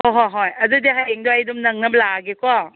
ꯍꯣ ꯍꯣꯏ ꯍꯣꯏ ꯑꯗꯨꯗꯤ ꯍꯌꯦꯡꯗꯣ ꯑꯩ ꯑꯗꯨꯝ ꯅꯪꯅꯕ ꯂꯥꯛꯑꯒꯦꯀꯣ